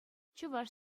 чӑваш